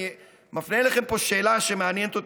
אני מפנה אליכם פה שאלה שמעניינת אותי,